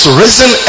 risen